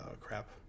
crap